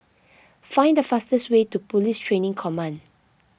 find the fastest way to Police Training Command